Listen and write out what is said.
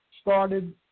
started